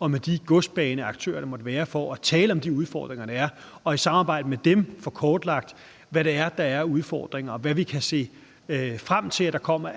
og de godsbaneaktører, der måtte være, for at tale om de udfordringer, der er, og i samarbejde med dem få kortlagt, hvad der er af udfordringer, og hvilke